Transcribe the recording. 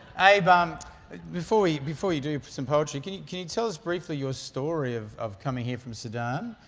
abe, um before you before you do some poetry, can you can you tell us briefly your story of of coming here from sudan,